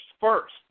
first